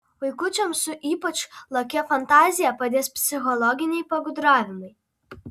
vaikučiams su ypač lakia fantazija padės psichologiniai pagudravimai